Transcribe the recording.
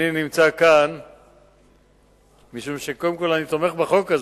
אני נמצא כאן משום שאני תומך בחוק הזה,